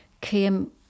came